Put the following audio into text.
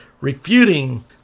refuting